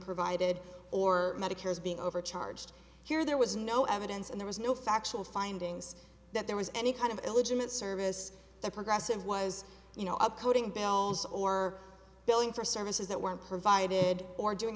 provided or medicare is being overcharged here there was no evidence and there was no factual findings that there was any kind of illegitimate service that progressive was you know up coding bells or billing for services that weren't provided or doing